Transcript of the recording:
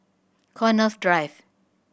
Connaught's Drive